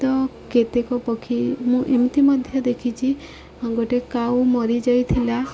ତ କେତେକ ପକ୍ଷୀ ମୁଁ ଏମିତି ମଧ୍ୟ ଦେଖିଛି ଗୋଟେ କାଉ ମରି ଯାଇଥିଲା